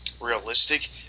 realistic